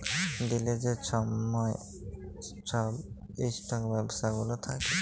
দিলের যে ছময় ছব ইস্টক ব্যবস্থা গুলা থ্যাকে